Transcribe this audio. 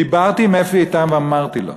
דיברתי עם אפי איתם ואמרתי לו: